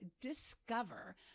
discover